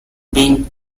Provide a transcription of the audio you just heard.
being